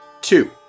Two